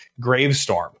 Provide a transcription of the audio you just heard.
gravestorm